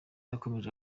yakomeje